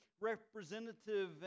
representative